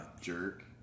Jerk